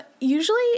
Usually